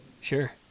Sure